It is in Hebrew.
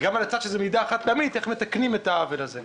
וגם אם זו מעיד חד-פעמית איך מתקנים את העוול הזה,